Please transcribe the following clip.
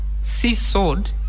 seesawed